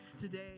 today